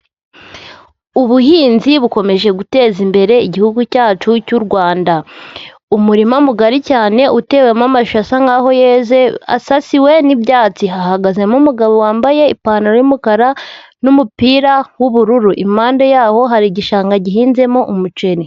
Ubuhinzi bukomeje guteza imbere Igihugu cyacu cy'u Rwanda, umurima mugari cyane utewemo amashu asa nk'aho yeze asasiwe n'ibyatsi, hahagazemo umugabo wambaye ipantaro y'umukara n'umupira w'ubururu, impande yaho hari igishanga gihinzemo umuceri.